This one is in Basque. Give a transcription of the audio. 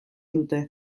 dute